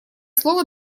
слово